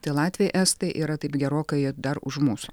tai latviai estai yra taip gerokai dar už mūsų